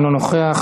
אינו נוכח,